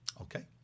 Okay